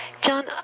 John